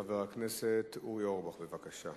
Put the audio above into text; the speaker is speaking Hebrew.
חבר הכנסת אורי אורבך, בבקשה.